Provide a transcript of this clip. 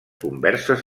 converses